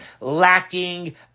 Lacking